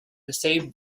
perceived